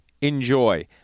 Enjoy